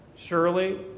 Surely